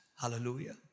Hallelujah